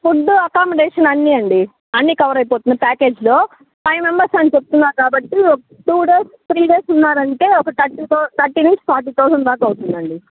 food accommodation అన్నీ అండి అన్నీ కవర్ అయిపోతుంది ప్యాకేజ్లో ఫైవ్ మెంబర్స్ అని చెప్తున్నారు కాబట్టి ఒక టూ డేస్ త్రీ డేస్ ఉన్నారు అంటే ఒక థర్టీ థౌ థర్టీ నుంచి ఫార్టీ థౌజండ్ దాక అవుతుంది అండి